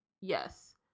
Yes